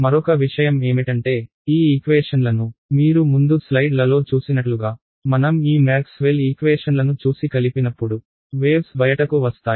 మరొక విషయం ఏమిటంటే ఈ ఈక్వేషన్లను మీరు ముందు స్లైడ్లలో చూసినట్లుగా మనం ఈ మ్యాక్స్వెల్ ఈక్వేషన్లను చూసి కలిపినప్పుడు వేవ్స్ బయటకు వస్తాయి